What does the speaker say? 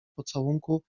pocałunku